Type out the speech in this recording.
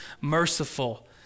merciful